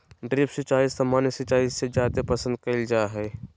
drip सिंचाई सामान्य सिंचाई से जादे पसंद कईल जा हई